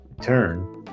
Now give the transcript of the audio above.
turn